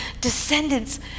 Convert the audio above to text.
descendants